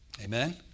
Amen